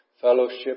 Fellowship